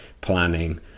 planning